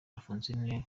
alphonsine